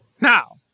Now